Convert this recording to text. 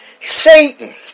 Satan